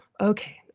Okay